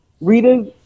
readers